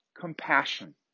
compassion